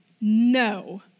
no